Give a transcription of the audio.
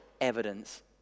evidence